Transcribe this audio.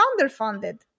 underfunded